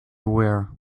were